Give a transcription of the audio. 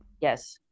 Yes